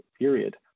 period